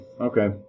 Okay